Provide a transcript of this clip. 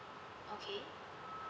okay